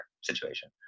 situation